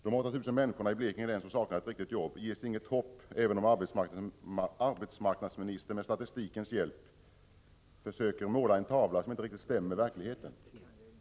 De 8 000 människor i Blekinge län som saknar ett riktigt jobb ges inget hopp, även om arbetsmarknadsministern med statistikens hjälp försöker måla en tavla som dock inte riktigt stämmer med verkligheten.